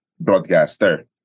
broadcaster